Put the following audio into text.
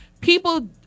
People